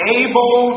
able